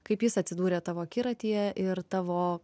kaip jis atsidūrė tavo akiratyje ir tavo